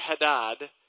Hadad